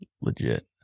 legit